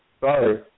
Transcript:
sorry